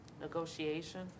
negotiation